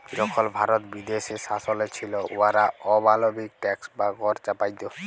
যখল ভারত বিদেশী শাসলে ছিল, উয়ারা অমালবিক ট্যাক্স বা কর চাপাইত